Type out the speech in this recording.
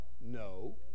no